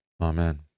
Amen